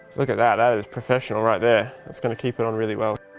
look at that that is professional right there! that's going to keep it on really well.